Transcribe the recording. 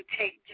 take